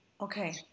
Okay